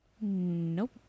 Nope